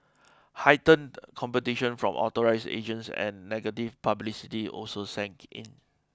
heightened competition from authorised agents and negative publicity also sank in